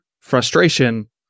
frustration